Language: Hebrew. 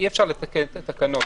אי-אפשר לתקן את התקנות.